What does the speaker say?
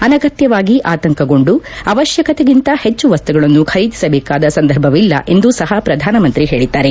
ಅನಗತ್ಯವಾಗಿ ಆತಂಕಗೊಂಡು ಅವಶ್ಯಕತೆಗಿಂತ ಹೆಚ್ಚು ವಸ್ತುಗಳನ್ನು ಶೇಖರಿಸಬೇಕಾದ ಸಂದರ್ಭವಿಲ್ಲ ಎಂದೂ ಸಹ ಪ್ರಧಾನಮಂತ್ರಿ ಹೇಳಿದ್ದಾರೆ